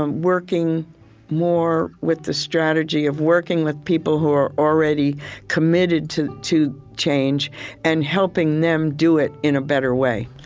um working more with the strategy of working with people who are already committed to to change and helping them do it in a better way.